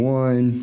one